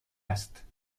است